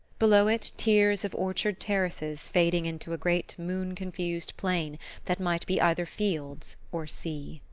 below it, tiers of orchard-terraces fading into a great moon-confused plain that might be either fields or sea.